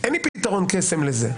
אין לי פתרון קסם לזה.